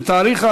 14